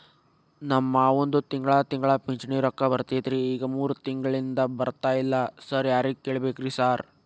ನಮ್ ಮಾವಂದು ತಿಂಗಳಾ ತಿಂಗಳಾ ಪಿಂಚಿಣಿ ರೊಕ್ಕ ಬರ್ತಿತ್ರಿ ಈಗ ಮೂರ್ ತಿಂಗ್ಳನಿಂದ ಬರ್ತಾ ಇಲ್ಲ ಸಾರ್ ಯಾರಿಗ್ ಕೇಳ್ಬೇಕ್ರಿ ಸಾರ್?